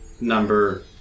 number